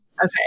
Okay